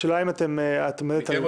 במליאה.